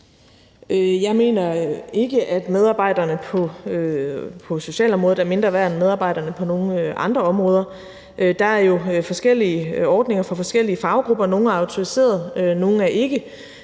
Jeg mener ikke, at medarbejderne på socialområdet er mindre værd end medarbejderne på nogen andre områder. Der er jo forskellige ordninger for forskellige faggrupper. Nogle er autoriseret, nogle er ikke,